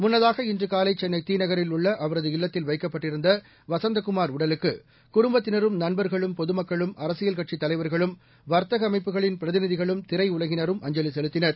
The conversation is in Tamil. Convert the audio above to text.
முள்ளதாக இன்று காலை சென்னை திநகரில் உள்ள அவரது இல்லத்தில் வைக்கப்பட்டிருந்த வசந்தகுமார் உடலுக்கு குடும்பத்தினரும் நண்பர்களும் பொதுமக்களும் அரசியல் கட்சி தலைவர்களும் வர்த்தக அமைப்புகளின் பிரதிநிதிகளும் திரையுலகினரும் அஞ்சலி செலுத்தினர்